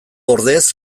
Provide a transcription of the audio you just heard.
ordez